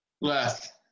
Left